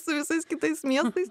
su visais kitais miestais